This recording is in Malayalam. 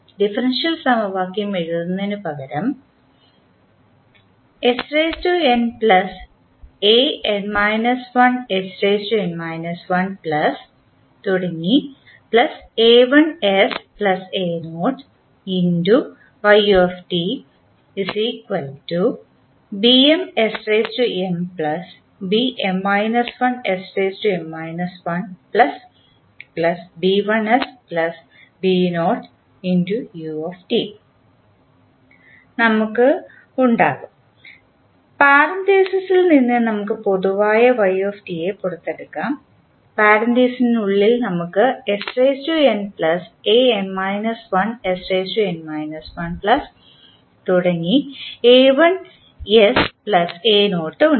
ഡിഫറൻഷ്യൽ സമവാക്യം എഴുതുന്നതിനുപകരം നമുക്ക് ഉണ്ടാകും പരാൻതീസിസിൽ നിന്ന് നമ്മൾ പൊതുവായ പുറത്തെടുക്കും പരാൻതീസിസിനുള്ളിൽ നമുക്ക് ഉണ്ട്